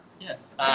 Yes